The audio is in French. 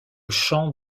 champ